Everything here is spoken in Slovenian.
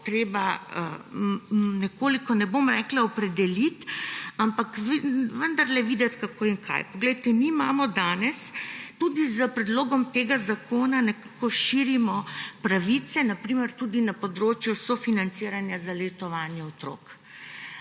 treba nekoliko, ne bom rekla opredeliti, ampak vendarle videti, kako in kaj. Poglejte, mi danes tudi s predlogom tega zakona nekako širimo pravice, na primer tudi na področju sofinanciranja za letovanje otrok.